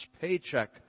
paycheck